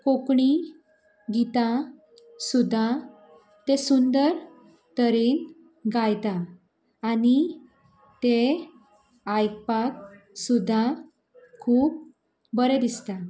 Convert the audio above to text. कोंकणी गितां सुद्दां तें सुंदर तरेन गायता आनी तें आयकपाक सुद्दां खूब बरें दिसता